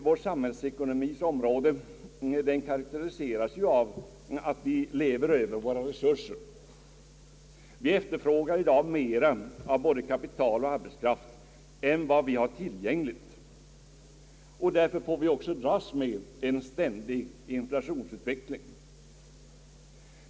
Vår samhällsekonomiska situation karakteriseras av att vi lever över våra resurser. Vi efterfrågar i dag mer av både kapital och arbetskraft än vad vi har tillgängligt, och därför dras vi med en ständig inflationsutveckling.